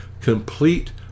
complete